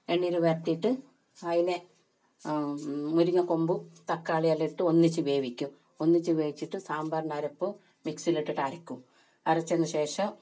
എണ്ണയിൽ വരട്ടിയിട്ട് അതിനെ മുരിങ്ങാ കൊമ്പും തക്കാളിയെല്ലാം ഇട്ട് ഒന്നിച്ച് വേവിക്കും ഒന്നിച്ച് വേവിച്ചിട്ട് സാമ്പാറിൻ്റെ അരപ്പ് മിക്സിയിൽ ഇട്ടിട്ട് അരയ്ക്കും അരയ്ച്ചതിന് ശേഷം